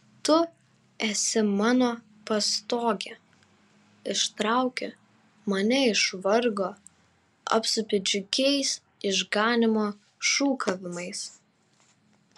tu esi mano pastogė ištrauki mane iš vargo apsupi džiugiais išganymo šūkavimais